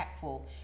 impactful